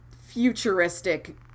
futuristic